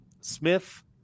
Smith